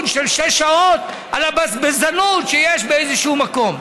של שש שעות על הבזבזנות שיש באיזשהו מקום,